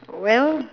well